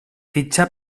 fitxa